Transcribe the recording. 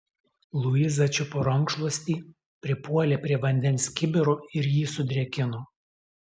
luiza čiupo rankšluostį pripuolė prie vandens kibiro ir jį sudrėkino